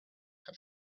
have